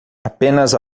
apenas